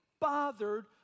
bothered